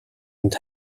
not